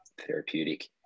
therapeutic